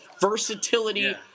versatility